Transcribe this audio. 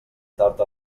tard